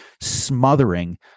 smothering